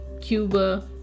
Cuba